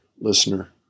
listener